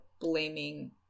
blaming